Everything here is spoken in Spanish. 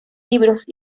libros